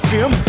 Jim